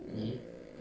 uh